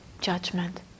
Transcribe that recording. judgment